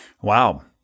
Wow